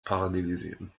parallelisieren